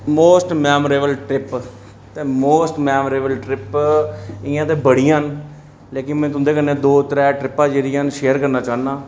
most memorable trip ते most memorable trip इ'यां ते बड़ियां न लेकिन में तुं'दे कन्नै दो त्रै ट्रिपां जेह्ड़ियां न शेयर करना चाह्न्नां